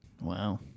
Wow